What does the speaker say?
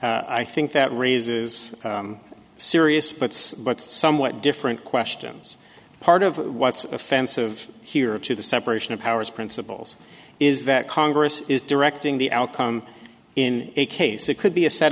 i think that raises serious but but somewhat different questions part of what's offensive here to the separation of powers principles is that congress is directing the outcome in a case it could be a set